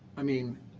i mean